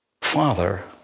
father